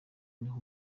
niho